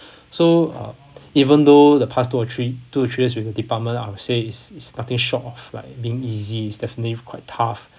so uh even though the past two or three two to three years with the department I would say is is nothing short of like being easy it's definitely quite tough